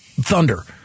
thunder